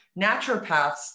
Naturopaths